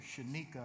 Shanika